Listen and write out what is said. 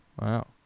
Wow